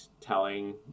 telling